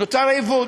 נוצר עיוות.